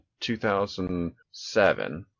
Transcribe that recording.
2007